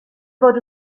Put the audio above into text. fod